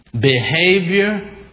Behavior